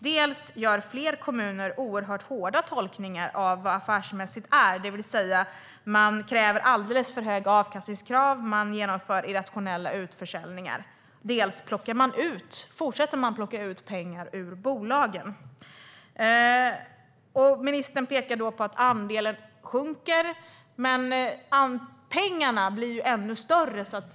Dels gör flera kommuner oerhört hårda tolkningar av vad affärsmässigt är, det vill säga att de ställer alldeles för höga avkastningskrav och genomför irrationella utförsäljningar, dels fortsätter de att plocka ut pengar ur bolagen. Ministern pekar då på att andelen sjunker. Men det blir ju mer pengar.